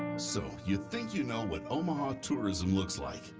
so you think you know what omaha tourism looks like.